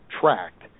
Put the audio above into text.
tracked